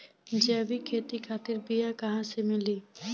जैविक खेती खातिर बीया कहाँसे मिली?